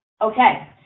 Okay